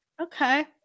Okay